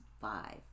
five